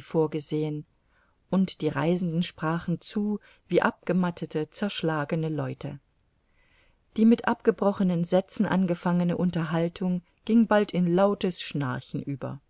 vorgesehen und die reisenden sprachen zu wie abgemattete zerschlagene leute die mit abgebrochenen sätzen angefangene unterhaltung ging bald in lautes schnarchen über